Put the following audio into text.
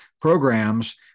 programs